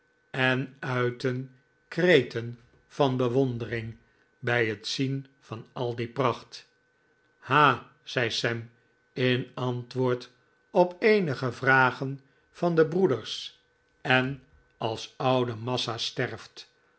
en uitten kreten van bewondering bij het zien van al die pracht ha zei sam in antwoord op eenige vragen van de broe ders en als oude massa sterft